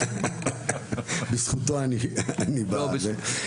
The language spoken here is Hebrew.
בזכותו אני בזה,